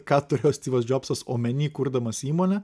ką turėjo stivas džobsas omeny kurdamas įmonę